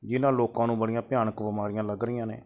ਜਿਨ੍ਹਾਂ ਲੋਕਾਂ ਨੂੰ ਬੜੀਆਂ ਭਿਆਨਕ ਬਿਮਾਰੀਆਂ ਲੱਗ ਰਹੀਆਂ ਨੇ